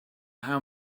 how